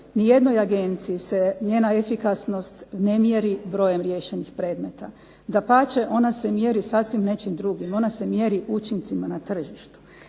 Ni jednoj agenciji se njena efikasnost ne mjeri brojem riješenih predmeta. Dapače ona se mjeri sasvim nečim drugim, ona se mjeri učincima na tržištu.